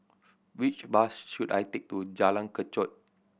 which bus should I take to Jalan Kechot